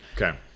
Okay